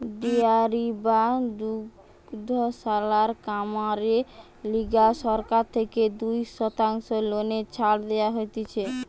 dairy বা দুগ্ধশালার কামেরে লিগে সরকার থেকে দুই শতাংশ লোনে ছাড় দেওয়া হতিছে